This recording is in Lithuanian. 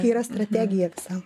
kai yra strategija visa